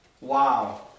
Wow